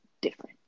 different